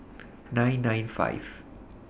nine nine five